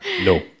No